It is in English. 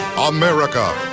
America